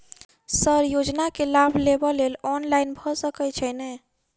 Sir योजना केँ लाभ लेबऽ लेल ऑनलाइन भऽ सकै छै नै?